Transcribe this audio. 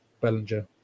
Bellinger